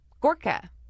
Gorka